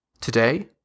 Today